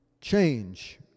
change